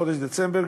חודש דצמבר,